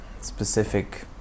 specific